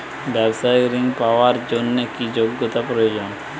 ব্যবসায়িক ঋণ পাওয়ার জন্যে কি যোগ্যতা প্রয়োজন?